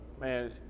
Man